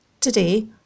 Today